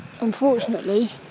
unfortunately